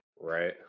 Right